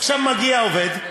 עכשיו מגיע עובד,